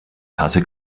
tasse